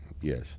yes